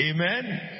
Amen